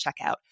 checkout